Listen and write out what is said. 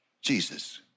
Jesus